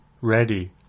ready